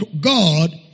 God